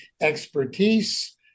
expertise